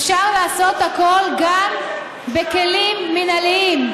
אפשר לעשות הכול גם בכלים מינהליים.